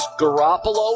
Garoppolo